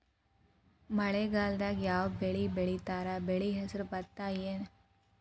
ಮಳೆಗಾಲದಾಗ್ ಯಾವ್ ಬೆಳಿ ಬೆಳಿತಾರ, ಬೆಳಿ ಹೆಸರು ಭತ್ತ ಏನ್?